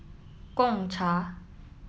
Gong Cha